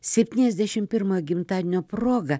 septyniasdešimt pirmojo gimtadienio proga